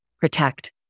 protect